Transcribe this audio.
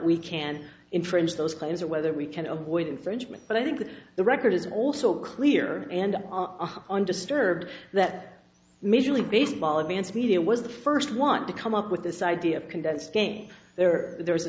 we can infringe those claims or whether we can avoid infringement but i think the record is also clear and on disturbed that major league baseball advanced media was the first one to come up with this idea of condensed game there there was a